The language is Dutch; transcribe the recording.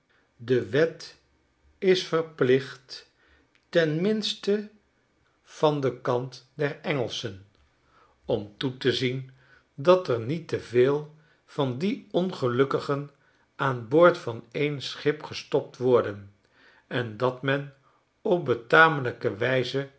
de wet is verplicht ten minste van den kant der engelschen om toe te zien dat er niet te veel van die ongelukkigen aan boord van en schip gestopt worden en dat men op betamelijke wijze